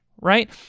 right